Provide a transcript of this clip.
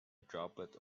droplet